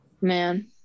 Man